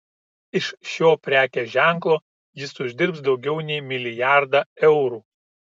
iš šio prekės ženklo jis uždirbs daugiau nei milijardą eurų